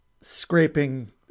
scraping